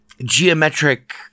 geometric